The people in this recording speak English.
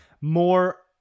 more